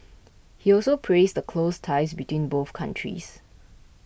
he also praised the close ties between both countries